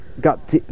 got